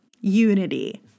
unity